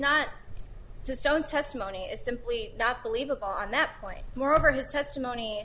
not just jones testimony is simply not believable on that point moreover his testimony